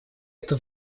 это